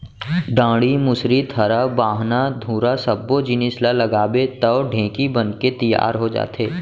डांड़ी, मुसरी, थरा, बाहना, धुरा सब्बो जिनिस ल लगाबे तौ ढेंकी बनके तियार हो जाथे